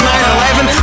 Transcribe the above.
9-11